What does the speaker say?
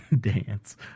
dance